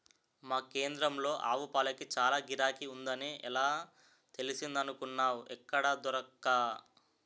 మా కేంద్రంలో ఆవుపాలకి చాల గిరాకీ ఉందని ఎలా తెలిసిందనుకున్నావ్ ఎక్కడా దొరక్క